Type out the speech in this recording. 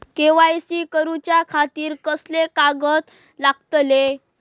KYC करूच्या खातिर कसले कागद लागतले?